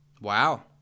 Wow